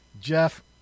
Jeff